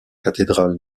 cathédrale